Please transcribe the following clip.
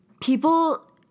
people